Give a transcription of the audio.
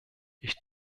ich